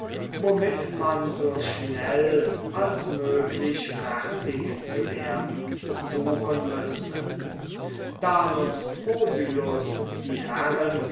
womit man so schnell als möglich fertig zu werden suchen müsse da nun strobylus die herren